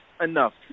enough